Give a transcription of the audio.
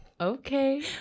okay